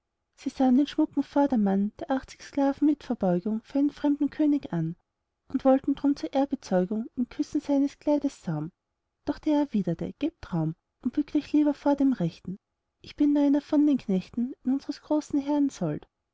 den schmucken vordermann der achtzig sklaven mit verbeugung für einen fremden könig an und wollten drum zur ehrbezeugung ihm küssen seines kleides saum doch der erwiderte gebt raum und bückt euch lieber vor dem rechten ich bin nur einer von den knechten in unsres großen